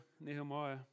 Nehemiah